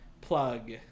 Plug